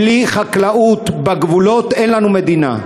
בלי חקלאות בגבולות אין לנו מדינה.